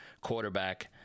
quarterback—